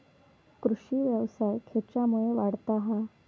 कृषीव्यवसाय खेच्यामुळे वाढता हा?